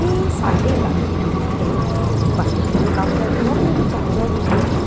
ਇਹ ਸਾਡੇ ਇਲਾਕੇ ਵਿੱਚ ਕਈ ਮਰਦ ਵੀ ਇਹ ਕੰਮ ਕਰਦੇ ਹਨ ਮੇਰੇ ਚਾਚਾ ਜੀ